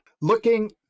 looking